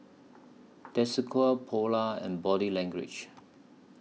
Desigual Polar and Body Language